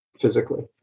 physically